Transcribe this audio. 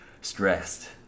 stressed